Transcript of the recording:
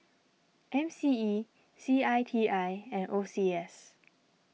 M C E C I T I and O C S